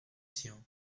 sien